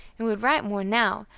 and would write more now,